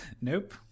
Nope